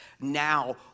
now